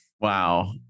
Wow